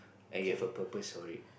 and you have a purpose for it